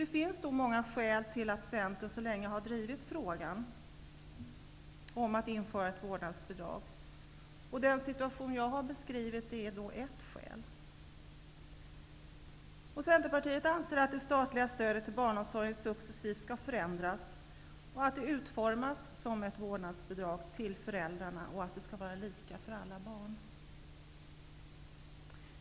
Det finns många skäl till att Centern så länge har drivit frågan om att införa ett vårdnadsbidrag. Den situation som jag har beskrivit är ett skäl. Centerpartiet anser att det statliga stödet till barnomsorgen successivt skall förändras, att det skall utformas som ett vårdnadsbidrag till föräldrarna och att det skall vara lika för alla barn.